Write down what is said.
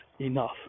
enough